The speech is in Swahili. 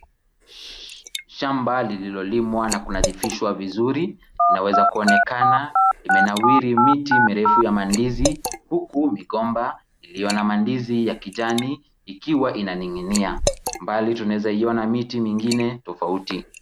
Shamba lililolimwa na kunadhifishwa vizuri, linaweza kuonekana limenawiri miti mirefu ya mandizi, huku migomba iliyo na mandizi ya kijani ikiwa inaning'inia. Mbali tunaweza iona miti mingine tofauti.